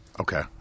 Okay